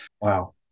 wow